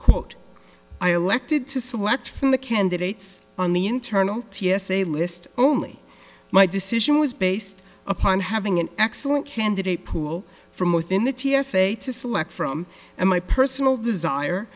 quote i elected to select from the candidates on the internal t s a list only my decision was based upon having an excellent candidate pool from within the t s a to select from and my personal desire